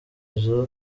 izi